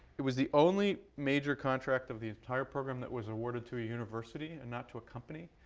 it was the only major contract of the entire program that was awarded to a university, and not to a company.